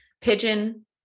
pigeon